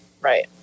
Right